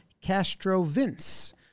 Castro-Vince